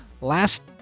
last